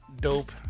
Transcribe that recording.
dope